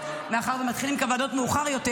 מאחר שמתחילים את הוועדות מאוחר יותר,